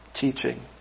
teaching